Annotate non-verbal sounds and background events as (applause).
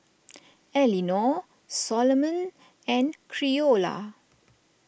(noise) Elinor Soloman and Creola